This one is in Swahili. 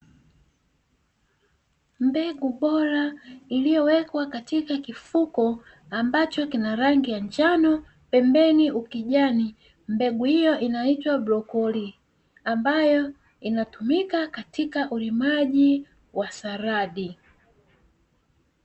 Mbegu bora iliyowekwa katika kifuko ambacho kina rangi ya njano, pembeni ukijani. Mbegu hiyo ambayo inatumika katika ulimaji wa saladi.